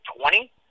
twenty